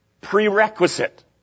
prerequisite